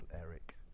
Eric